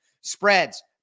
Spreads